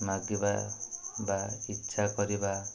ମାଗିବା ବା ଇଚ୍ଛା କରିବା